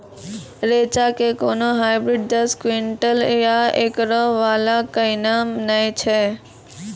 रेचा के कोनो हाइब्रिड दस क्विंटल या एकरऽ वाला कहिने नैय छै?